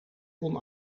kon